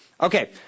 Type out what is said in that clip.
Okay